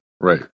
Right